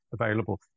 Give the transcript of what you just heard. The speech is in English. available